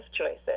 choices